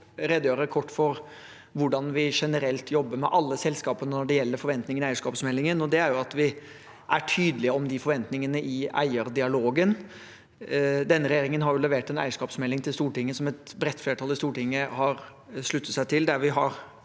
jo redegjøre kort for hvordan vi generelt jobber med alle selskaper når det gjelder forventninger i eierskapsmeldingen, og det er at vi er tydelige på de forventningene i eierdialogen. Denne regjeringen har levert en eierskapsmelding til Stortinget, som et bredt flertall i Stortinget har sluttet seg til,